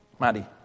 Maddie